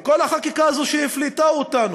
היא כל החקיקה הזו שהפלתה אותנו,